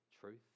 truth